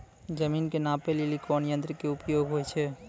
जमीन के नापै लेली कोन यंत्र के उपयोग होय छै?